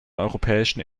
europäischen